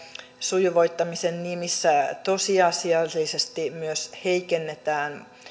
sujuvoittamisen nimissä tosiasiallisesti myös heikennetään